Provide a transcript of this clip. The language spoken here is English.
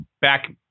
back